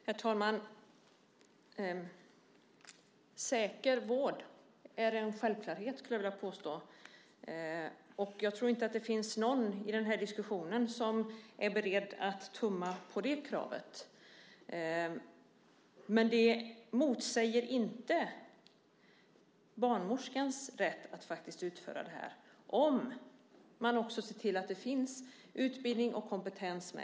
Herr talman! Säker vård är en självklarhet, skulle jag vilja påstå. Jag tror inte att någon som deltar i den här diskussionen är beredd att tumma på det kravet. Det motsäger inte barnmorskans rätt att utföra detta, om man ser till att det finns utbildning och kompetens.